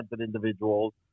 individuals